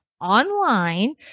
online